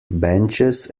benches